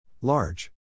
Large